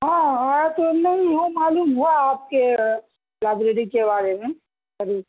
ہاں ہاں تو نہیں ہمیں معلوم ہے آپ کے لائبریری کے بارے میں ابھی